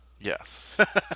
Yes